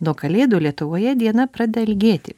nuo kalėdų lietuvoje diena pradeda ilgėti